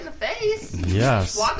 Yes